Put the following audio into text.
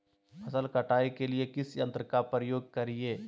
फसल कटाई के लिए किस यंत्र का प्रयोग करिये?